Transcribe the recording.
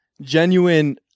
genuine